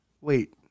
Wait